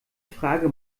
frage